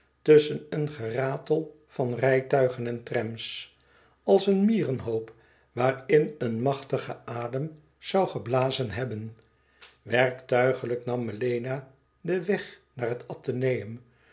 tusschen een geratel van rijtuigen en trams als een mierenhoop waarin een machtige adem zoû geblazen hebben werktuigelijk nam elena den weg naar het atheneum